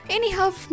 Anyhow